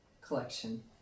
collection